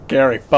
Gary